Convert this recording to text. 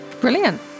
brilliant